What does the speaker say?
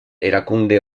erakunde